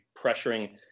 pressuring